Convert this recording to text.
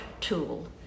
tool